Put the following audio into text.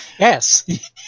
Yes